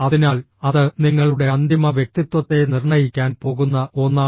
അതിനാൽ അത് നിങ്ങളുടെ അന്തിമ വ്യക്തിത്വത്തെ നിർണ്ണയിക്കാൻ പോകുന്ന ഒന്നാണ്